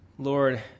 Lord